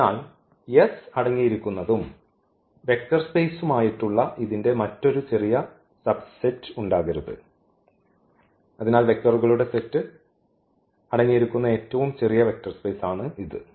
അതിനാൽ S അടങ്ങിയിരിക്കുന്നതും vector സ്പെയ്സുമായിട്ടുള്ള ഇതിന്റെ മറ്റൊരു ചെറിയ സബ് സെറ്റ് ഉണ്ടാകരുത് അതിനാൽ വെക്റ്ററുകളുടെ സെറ്റ് അടങ്ങിയിരിക്കുന്ന ഏറ്റവും ചെറിയ വെക്റ്റർ സ്പേസ് ആണ്ഇത്